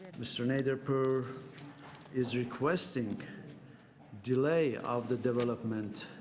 mr. nagerpour is request and delay of the development